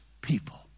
people